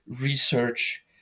research